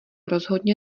rozhodně